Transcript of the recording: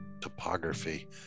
topography